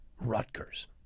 rutgers